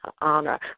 honor